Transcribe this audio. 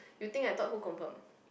you think I thought who confirm